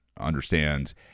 understands